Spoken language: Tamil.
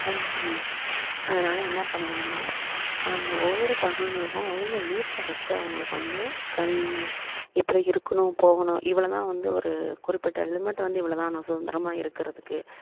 அதனால் என்ன பண்ணணும்னா ஒவ்வொரு பசங்களுக்கும் அவங்க வீட்டில் ஃபஸ்டு அவங்களுக்கு வந்து கண் இப்படி இருக்கணும் போகணும் இவ்வளோதான் வந்து ஒரு குறிப்பிட்ட லிமிட் வந்து இவ்வளோதான் நான் சுதந்திரமாக இருக்கிறதுக்கு